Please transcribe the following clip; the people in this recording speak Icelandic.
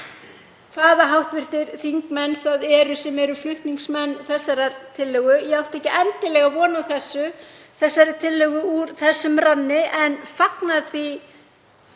hvaða hv. þingmenn það eru sem eru flutningsmenn þessarar tillögu. Ég átti ekki endilega von á þessari tillögu úr þeim ranni en fagna því